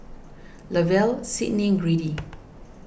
Lavelle Sydney Grady